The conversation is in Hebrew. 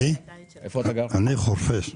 בחורפיש.